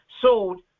sold